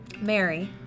mary